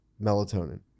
melatonin